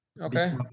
okay